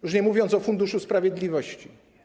Już nie mówiąc o Funduszu Sprawiedliwości.